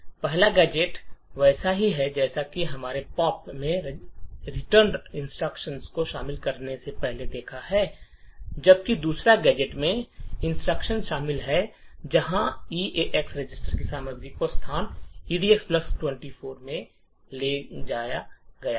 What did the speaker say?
पहला गैजेट वैसा ही है जैसा कि हमने पॉप और रिटर्न इंस्ट्रक्शन को शामिल करने से पहले देखा है जबकि दूसरा गैजेट में एक इंस्ट्रक्शन शामिल है जहां ईएएक्स रजिस्टर की सामग्री को स्थान एडक्स 24 में ले जाया गया है